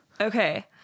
Okay